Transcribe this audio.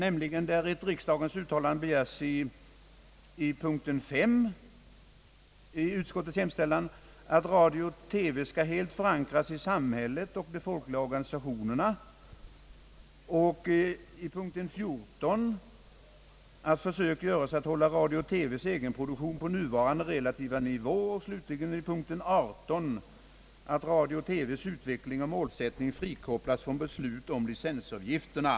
Jag begär ett riksdagens uttalande i punkten 5 i utskottets hemställan, att radio-TV skall helt förankras i samhället och de folkliga organisationerna, i punkt 14 att försök göres att hålla radio-TV:s egenproduktion på nuvarande relativa nivå och slutligen i punkt 18 att radio TV:s utveckling och målsättning frikopplas från beslut om licensavgifterna.